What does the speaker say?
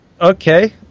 Okay